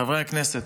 חברי הכנסת,